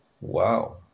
Wow